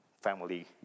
family